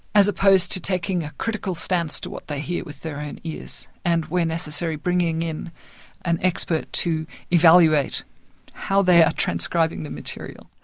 as opposed to taking a critical stance to what they hear with their own ears, and, where necessary, bringing in an expert to evaluate how they are transcribing the material.